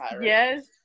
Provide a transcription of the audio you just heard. Yes